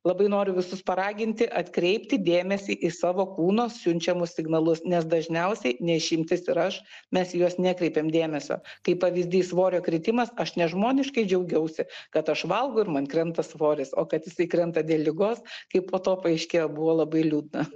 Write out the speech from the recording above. labai noriu visus paraginti atkreipti dėmesį į savo kūno siunčiamus signalus nes dažniausiai ne išimtis ir aš mes į juos nekreipiam dėmesio kaip pavyzdys svorio kritimas aš nežmoniškai džiaugiausi kad aš valgau ir man krenta svoris o kad jisai krenta dėl ligos kaip po to paaiškėjo buvo labai liūdna